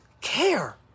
care